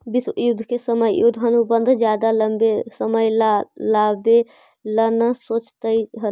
विश्व युद्ध के समय युद्ध अनुबंध ज्यादा लंबे समय ला लेवे ला न सोचकई हल